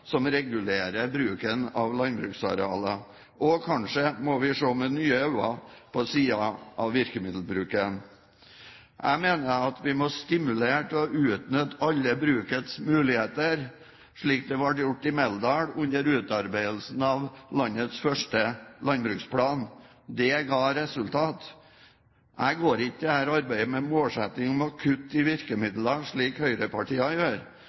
som regulerer bruken av landbruksarealer. Og kanskje må vi se med nye øyne på sider av virkemiddelbruken. Jeg mener at vi må stimulere til å utnytte alle brukets muligheter, slik det ble gjort i Meldal under utarbeidelsen av landets første landbruksplan. Det ga resultater. Jeg går ikke til dette arbeidet med målsetting om å kutte i virkemidlene slik høyrepartiene gjør.